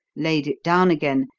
laid it down again,